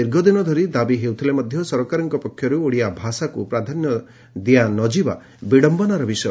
ଦୀର୍ଘଦିନ ଧରି ଦାବି ହେଉଥିଲେ ମଧ୍ଧ ସରକାରଙ୍କ ପକ୍ଷରୁ ଓଡିଆ ଭାଷାକୁ ପ୍ରାଧାନ୍ୟ ଦିଆ ନ ଯିବା ବିଡମ୍ୟନାର ବିଷୟ